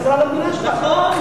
חזרה למדינה שלך.